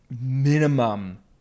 minimum